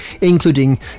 including